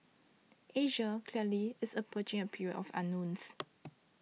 Asia clearly is approaching a period of unknowns